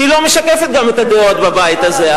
שהיא לא משקפת גם את הדעות בבית הזה,